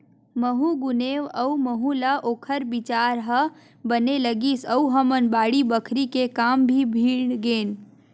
महूँ गुनेव अउ महूँ ल ओखर बिचार ह बने लगिस अउ हमन बाड़ी बखरी के काम म भीड़ गेन